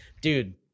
dude